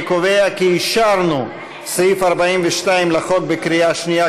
אני קובע כי אישרנו את סעיף 42 לחוק בקריאה שנייה,